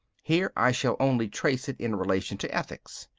here i shall only trace it in relation to ethics.